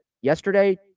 yesterday